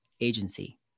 agency